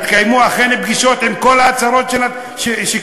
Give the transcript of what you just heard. התקיימו אכן פגישות עם כל ההצהרות שנתנו?